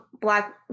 black